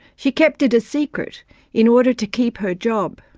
she kept it secret in order to keep her job.